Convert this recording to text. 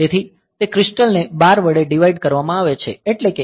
તેથી તે ક્રિસ્ટલ ને 12 વડે ડિવાઈડ કરવામાં આવે છે એટલે કે 11